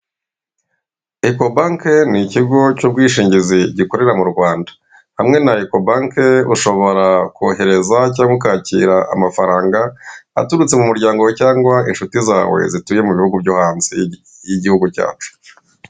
Ekobank ni ikigo cy'ubwishingizi gikorera mu Rwanda. Hamwe na Ecobank ushobora kohereza cyangwa kwakira amafaranga aturutse mu muryango wawe cyangwa inshuti zawe zituye mu bihugu byo hanze y'igihugu cyacu.